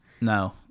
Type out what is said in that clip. No